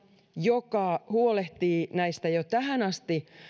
joka huolehtii näistä jo tähän asti